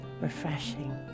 Refreshing